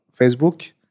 Facebook